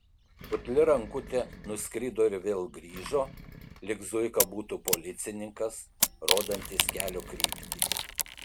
putli rankutė nuskrido ir vėl grįžo lyg zuika būtų policininkas rodantis kelio kryptį